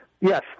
Yes